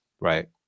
Right